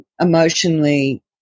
emotionally